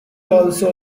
also